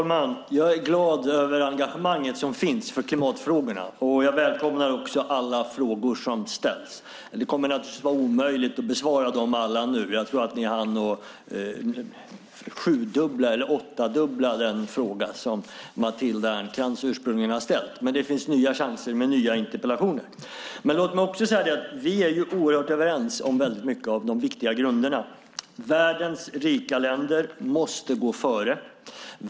Herr talman! Jag är glad över engagemanget för klimatfrågorna, och jag välkomnar också alla frågor som ställs. Men det kommer naturligtvis att vara omöjligt att besvara alla nu. Jag tror att ni hann sju eller åttadubbla den fråga som Matilda Ernkrans ursprungligen ställde. Men det finns nya chanser med nya interpellationer. Vi är oerhört överens om många av de viktiga grunderna. Världens rika länder måste gå före.